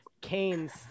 Canes